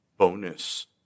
bonus